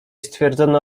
stwierdzono